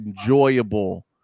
enjoyable